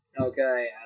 Okay